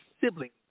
siblings